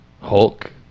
Hulk